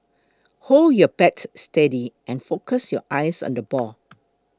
hold your bat steady and focus your eyes on the ball